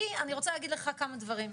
כי אני רוצה להגיד לך כמה דברים,